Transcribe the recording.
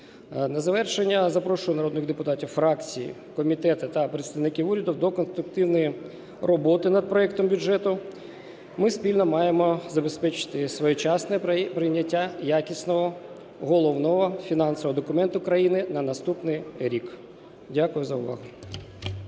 На завершення запрошую народних депутатів, фракції, комітети та представників уряду до конструктивної роботи над проектом бюджету. Ми спільно маємо забезпечити своєчасне прийняття якісного головного фінансового документа країни на наступний рік. Дякую за увагу.